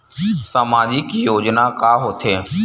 सामाजिक योजना का होथे?